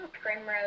primrose